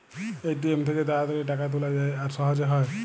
ATM থ্যাইকে তাড়াতাড়ি টাকা তুলা যায় আর সহজে হ্যয়